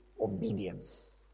obedience